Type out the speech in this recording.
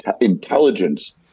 intelligence